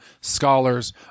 scholars